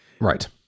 Right